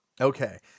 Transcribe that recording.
Okay